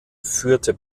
führte